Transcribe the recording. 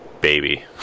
baby